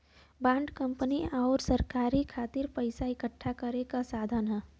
bond company आउर सरकार खातिर पइसा इकठ्ठा करे क साधन हौ